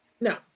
No